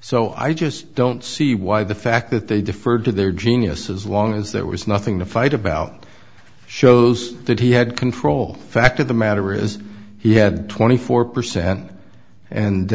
so i just don't see why the fact that they deferred to their genius as long as there was nothing to fight about shows that he had control fact of the matter is he had twenty four percent and